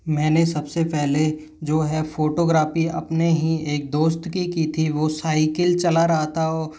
मैंने सबसे पहले जो है फोटोग्राफी अपने ही एक दोस्त की थी वह साइकिल चला रहा था